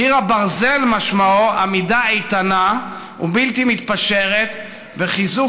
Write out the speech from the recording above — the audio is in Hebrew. קיר הברזל משמעו עמידה איתנה ובלתי מתפשרת וחיזוק